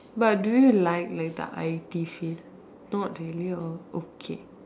but do you like like the I_T shift not really or okay